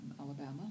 Alabama